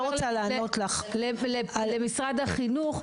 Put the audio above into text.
רוצה לענות לך ------ למשרד החינוך,